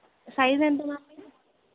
size ఎంత ma'am మీది